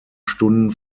stunden